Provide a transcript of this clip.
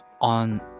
on